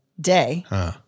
day